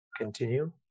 Continue